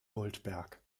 goldberg